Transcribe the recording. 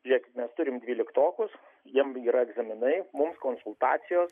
žiūrėkit mes turim dvyliktokus jiem yra egzaminai mums konsultacijos